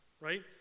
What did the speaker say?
right